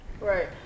Right